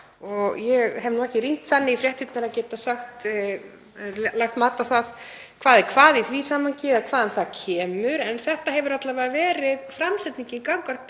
Ég hef ekki rýnt þannig í fréttirnar að ég geti lagt mat á það hvað er hvað í því samhengi eða hvaðan það kemur. En þetta hefur alla vega verið framsetningin gagnvart